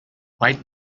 right